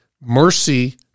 mercy